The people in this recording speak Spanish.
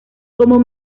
como